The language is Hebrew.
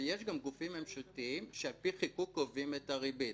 גופים ממשלתיים שעל פי חיקוק קובעים את הריבית,